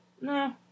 No